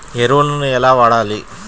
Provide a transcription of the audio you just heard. ఎరువులను ఎలా వాడాలి?